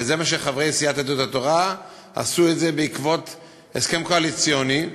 וזה מה שחברי סיעת יהדות התורה עשו בעקבות ההסכם הקואליציוני,